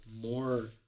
more